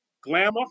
Glamour